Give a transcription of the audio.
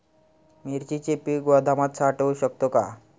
मिरचीचे पीक गोदामात साठवू शकतो का?